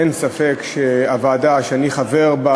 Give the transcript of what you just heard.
אין ספק שהוועדה שאני חבר בה,